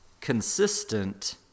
consistent